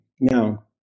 Now